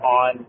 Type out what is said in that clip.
on